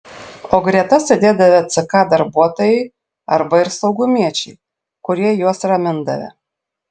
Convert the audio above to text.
o greta sėdėdavę ck darbuotojai arba ir saugumiečiai kurie juos ramindavę